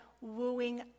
wooing